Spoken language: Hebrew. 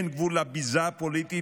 אין גבול לביזה הפוליטית.